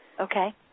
Okay